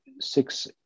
Six